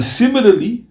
similarly